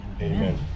Amen